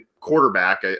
quarterback